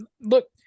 look